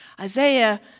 Isaiah